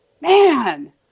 Man